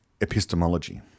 epistemology